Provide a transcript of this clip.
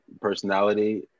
personality